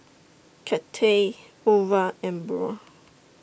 Cathey Ova and Burl